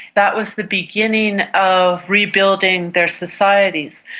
that was the beginning of rebuilding their societies.